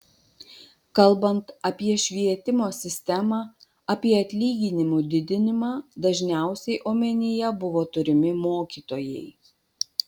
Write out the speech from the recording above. kalbant apie švietimo sistemą apie atlyginimų didinimą dažniausiai omenyje buvo turimi mokytojai